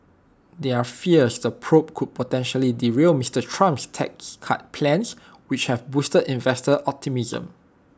there are fears the probe could potentially derail Mister Trump's tax cut plans which have boosted investor optimism